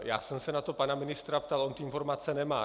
Já jsem se na to pana ministra ptal, on ty informace nemá.